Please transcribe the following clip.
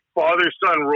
father-son